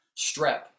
strep